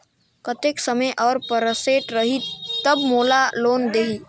कतेक समय और परसेंट रही तब मोला लोन देही?